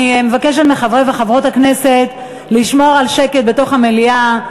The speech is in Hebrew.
אני מבקשת מחברי וחברות הכנסת לשמור על שקט בתוך המליאה.